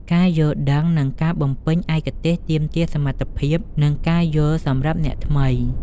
ការយល់ដឹងនិងការបំពេញឯកសារទាមទារសមត្ថភាព និងការយល់សម្រាប់អ្នកថ្មី។